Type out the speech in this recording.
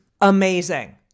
amazing